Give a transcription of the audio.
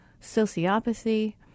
sociopathy